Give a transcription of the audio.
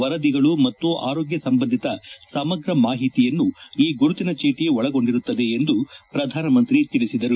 ವರದಿಗಳು ಮತ್ತು ಆರೋಗ್ಯ ಸಂಬಂಧಿತ ಸಮಗ್ರ ಮಾಹಿತಿಯನ್ನು ಈ ಗುರುತಿನ ಚೀಟ ಒಳಗೊಂಡಿರುತ್ತದೆ ಎಂದು ಪ್ರಧಾನಮಂತ್ರಿ ತಿಳಿಸಿದರು